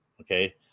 Okay